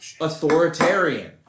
authoritarian